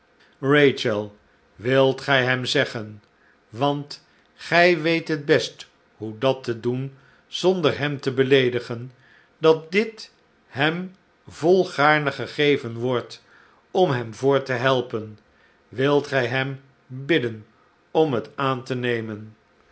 rachel wilt gij hem zeggen want gij weet het best hoe dat te doen zonder hem te beleedigen dat dit hem volgaarne gegeven wordt om hem voort te helpen wilt gij hem bidden om het aan te nemen